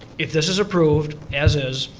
if this is approved as is,